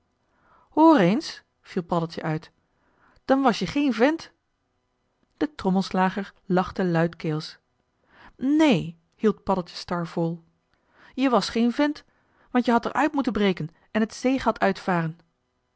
eens viel paddeltje uit dan was je geen vent de trommelslager lachte luidkeels neen hield paddeltje star vol je was geen vent want je had er uit moeten breken en het zeegat uitvaren